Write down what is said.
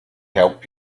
help